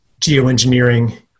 geoengineering